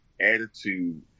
attitude